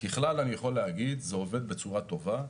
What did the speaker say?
ככלל אני יכול להגיד, זה עובד בצורה טובה.